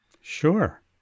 Sure